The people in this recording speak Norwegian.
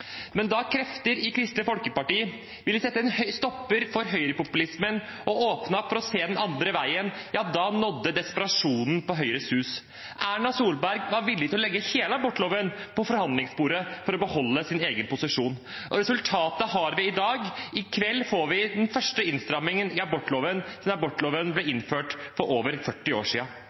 Men da krefter i Kristelig Folkeparti ville sette en stopper for høyrepopulismen og åpnet for å se den andre veien, nådde desperasjonen Høyres Hus. Erna Solberg var villig til å legge hele abortloven på forhandlingsbordet for å beholde sin egen posisjon. Resultatet har vi i dag. I kveld får vi den første innstrammingen i abortloven siden abortloven ble innført for over 40 år